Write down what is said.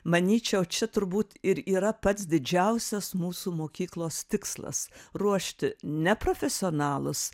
manyčiau čia turbūt ir yra pats didžiausias mūsų mokyklos tikslas ruošti ne profesionalus